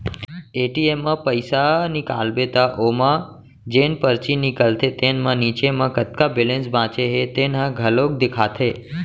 ATM म पइसा निकालबे त ओमा जेन परची निकलथे तेन म नीचे म कतका बेलेंस बाचे हे तेन ह घलोक देखाथे